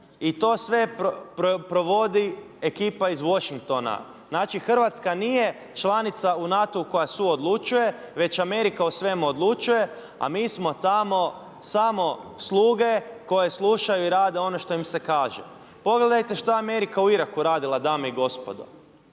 i to sve provodi ekipa iz Washingtona. Znači Hrvatska nije članica u NATO-u koja su odlučuje već Amerika o svemu odlučuje a mi smo tamo samo sluge koje slušaju i rade ono što im se kaže. Pogledajte šta je Amerika u Iraku radila dame i gospodo.